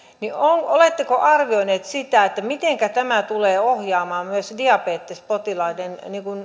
niin oletteko arvioineet sitä mitenkä tämä tulee ohjaamaan myös diabetespotilaiden